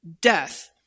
death